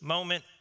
moment